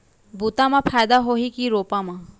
बुता म फायदा होही की रोपा म?